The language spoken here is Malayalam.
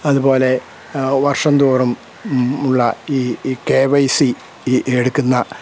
അതുപോലെ വർഷംതോറുമുള്ള ഇ ഈ കെ വൈ സി ഇ എടുക്കുന്ന